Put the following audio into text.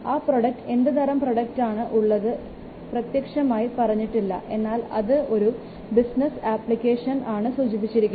ആ പ്രോഡക്റ്റ് എന്ത് തരം പ്രോഡക്റ്റ് ആണ് ഉള്ളത് പ്രത്യക്ഷമായി പറഞ്ഞിട്ടില്ല എന്നാൽ അത് ഒരു ബിസിനസ് ആപ്ലിക്കേഷൻ ആണെന്ന് സൂചിപ്പിച്ചിരിക്കുന്നു